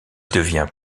devient